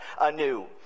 anew